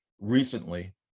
recently